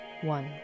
one